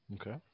Okay